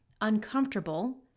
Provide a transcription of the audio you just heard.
uncomfortable